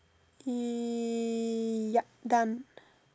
yup done